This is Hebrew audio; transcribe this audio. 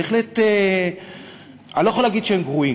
בהחלט, אני לא יכול להגיד שהם גרועים.